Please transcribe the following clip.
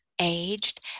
aged